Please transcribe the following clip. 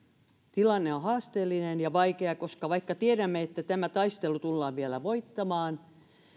tilanne on haasteellinen ja vaikea koska vaikka tiedämme että tämä taistelu tullaan vielä voittamaan